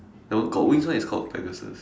that one got wings [one] is called Pegasus